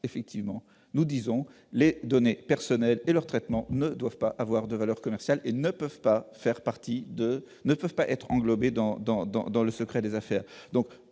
pour notre part, que les données personnelles et leur traitement ne doivent pas avoir de valeur commerciale et ne peuvent pas être englobés dans le secret des affaires.